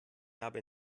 habe